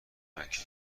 مکه